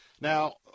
now